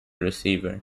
receiver